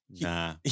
Nah